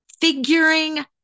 figuring